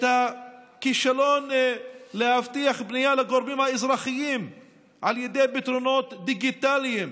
הכישלון להבטיח פנייה לגורמים האזרחיים על ידי פתרונות דיגיטליים